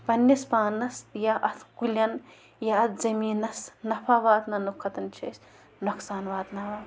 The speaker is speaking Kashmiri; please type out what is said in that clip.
پنٛنِس پانَس یا اَتھ کُلٮ۪ن یا اَتھ زمیٖنَس نفع واتناونہٕ کھۄتَن چھِ أسۍ نۄقصان واتناوان